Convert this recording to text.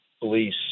police